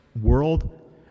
world